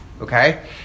Okay